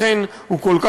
לכן,